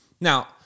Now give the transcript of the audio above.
Now